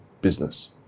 business